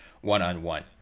one-on-one